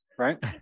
right